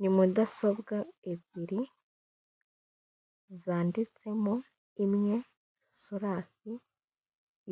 Ni mudasonwa ebyiri zanditsemo imwe solasi